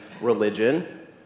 religion